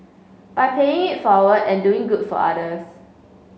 by paying it forward and doing good for others